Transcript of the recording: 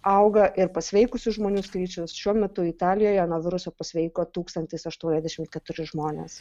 auga ir pasveikusių žmonių skaičius šiuo metu italijoje nuo viruso pasveiko tūkstantis aštuoniasdešim keturi žmonės